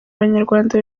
banyarwanda